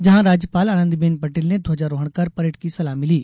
जहां राज्यपाल आनंदीबेन पटेल ने ध्वजारोहण कर परेड की सलामी ली